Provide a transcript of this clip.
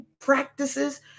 practices